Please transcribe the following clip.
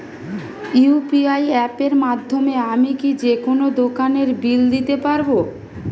UPI অ্যাপের মাধ্যমে আমি কি যেকোনো দোকানের বিল দিতে পারবো?